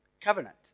covenant